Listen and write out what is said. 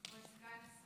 כבוד סגן השר,